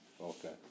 Okay